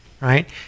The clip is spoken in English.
right